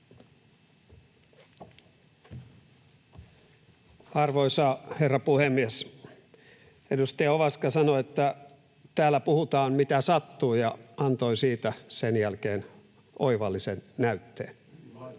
Arvoisa herra puhemies! Edustaja Ovaska sanoo, että täällä puhutaan, mitä sattuu, ja antoi siitä sen jälkeen oivallisen näytteen. Tämä